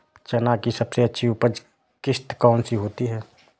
चना की सबसे अच्छी उपज किश्त कौन सी होती है?